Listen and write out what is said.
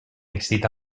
excita